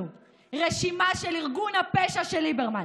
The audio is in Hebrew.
רשימה של ארגון הפשע של ליברמן.